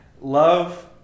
Love